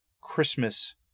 Christmas